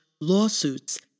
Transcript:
lawsuits